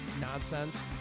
nonsense